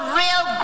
real